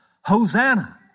Hosanna